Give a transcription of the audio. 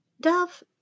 Dove